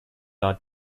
are